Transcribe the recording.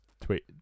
Tweet